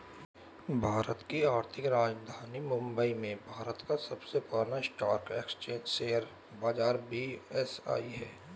भारत की आर्थिक राजधानी मुंबई में भारत का सबसे पुरान स्टॉक एक्सचेंज शेयर बाजार बी.एस.ई हैं